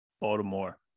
Baltimore